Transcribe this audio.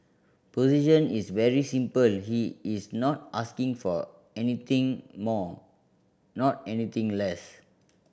position is very simple he is not asking for anything more not anything less